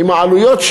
עם העלויות,